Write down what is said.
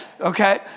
Okay